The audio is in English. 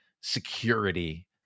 security